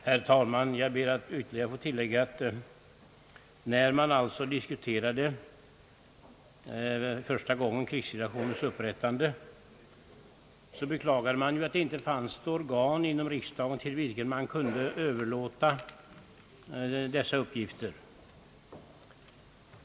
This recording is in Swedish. Herr talman! Jag ber att ytterligare få tillägga att när man första gången diskuterade krigsdelegationens upprättande, beklagade man att det inte fanns något organ inom riksdagen, till vilket man kunde överlåta dessa uppgifter.